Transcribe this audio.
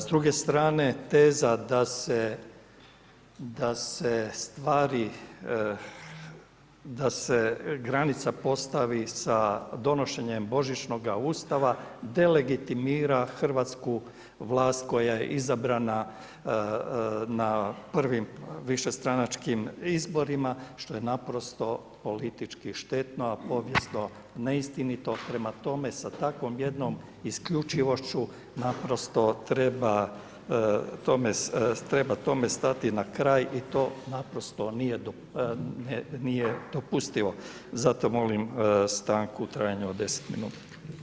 S druge strane, teza da se granica postavi sa donošenje Božićnog ustava delegitimira hrvatsku vlast koja je izabrana na prvim višestranačkim izborima što je naprosto politički štetno a povijesno neistinito, prema tome sa takvom jednom isključivošću naprosto treba tome stati na kraj i to naprosto nije dopustivo zato molim stanku u trajanju od 10 minuta.